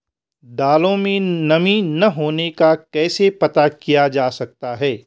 दालों में नमी न होने का कैसे पता किया जा सकता है?